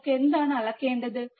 നമുക്ക് എന്താണ് അളക്കേണ്ടത്